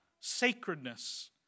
sacredness